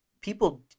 people